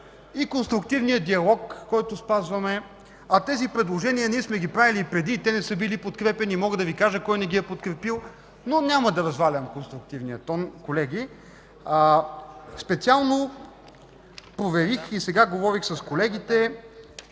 и конструктивния диалог, който спазваме, а тези предложения ние сме ги правили преди и те не се били подкрепяни и мога да Ви кажа кой не ги е подкрепил, но няма да развалям конструктивния тон, колеги. Специално проверих и сега говорих с колегите